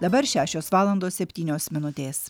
dabar šešios valandos septynios minutės